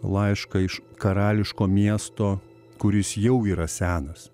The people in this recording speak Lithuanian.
laišką iš karališko miesto kuris jau yra senas